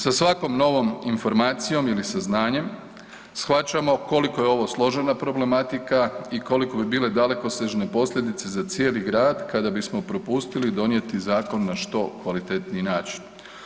Sa svakom novom informacijom ili saznanjem shvaćamo koliko je ovo složena problematika i koliko bi bile dalekosežne posljedice za cijeli grad kada bismo propustili donijeti zakon na što kvalitetniji način.